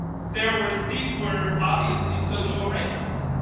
there were, these were obviously social arrangements.